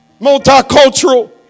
multicultural